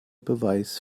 beweis